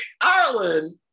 Ireland